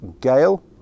Gale